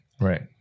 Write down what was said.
right